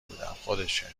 بودم، خودشه